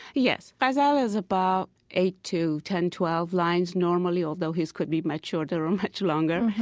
yes. ghazal is about eight to ten, twelve lines normally, although his could be much shorter or much longer.